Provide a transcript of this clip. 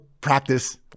practice